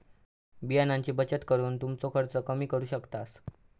बियाण्यांची बचत करून तुमचो खर्च कमी करू शकतास